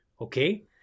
Okay